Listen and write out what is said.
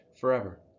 forever